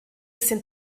sind